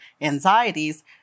anxieties